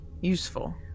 useful